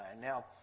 Now